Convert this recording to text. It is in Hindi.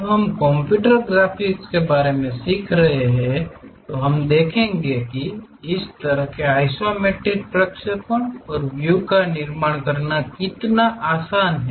जब हम कंप्यूटर ग्राफिक्स के बारे में सीख रहे हैं तो हम देखेंगे कि इस तरह के आइसोमेट्रिक प्रक्षेपणों और व्यू का निर्माण करना कितना आसान है